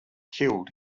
killed